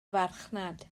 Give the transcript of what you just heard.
farchnad